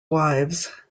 wives